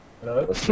Hello